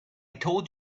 told